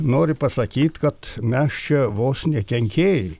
nori pasakyt kad mes čia vos ne kenkėjai